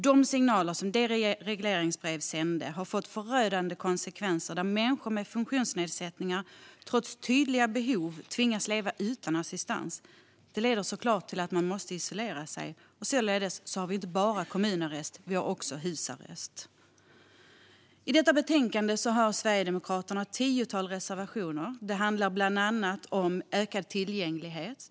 De signaler detta regleringsbrev sände har fått förödande konsekvenser, och människor med funktionsnedsättningar har trots tydliga behov tvingats leva utan assistans. Det har lett till isolation och således inte bara kommunarrest utan även husarrest. I detta betänkande har Sverigedemokraterna ett tiotal reservationer. Det handlar bland annat om ökad tillgänglighet.